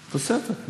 תוספת.